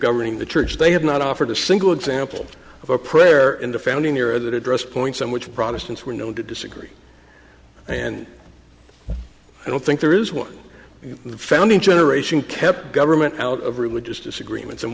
governing the church they have not offered a single example of a prayer in the founding year that addressed points on which protestants were known to disagree and i don't think there is one of the founding generation kept government out of religious disagreements and